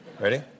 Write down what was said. Ready